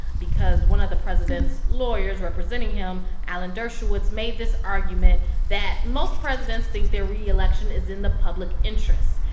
because one of the president's lawyers representing him, alan dershowitz, made this argument that most presidents think their reelection is in the public interest.